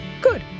Good